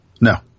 No